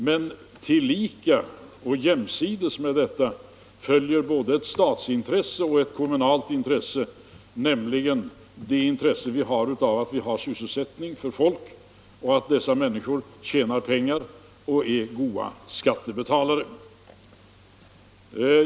Men jämsides med detta följer både ett statsintresse och ett kommunalt intresse, nämligen intresset av att vi har sysselsättning för människorna, att de tjänar pengar och är goda skattebetalare.